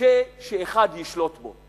קשה שאחד ישלוט בו.